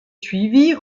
suivit